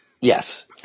Yes